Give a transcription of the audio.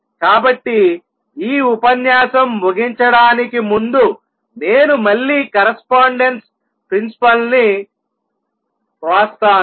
కాబట్టి ఈ ఉపన్యాసం ముగించడానికి ముందు నేను మళ్ళీ కరస్పాండెన్స్ ప్రిన్సిపల్ ని వ్రాస్తాను